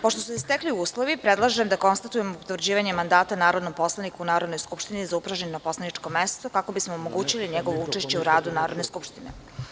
Pošto su se stekli uslovi, predlažem da konstatujemo utvrđivanje mandata narodnom poslaniku u Narodnoj skupštini za upražnjeno poslaničko mesto, kako bismo omogućili njegovo učešće u radu Narodne skupštine.